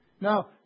Now